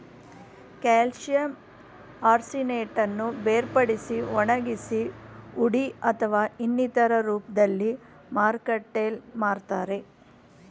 calcium ಆರ್ಸಿನೇಟನ್ನು ಬೇರ್ಪಡಿಸಿ ಒಣಗಿಸಿ ಹುಡಿ ಅಥವಾ ಇನ್ನಿತರ ರೂಪ್ದಲ್ಲಿ ಮಾರುಕಟ್ಟೆಲ್ ಮಾರ್ತರೆ